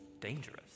dangerous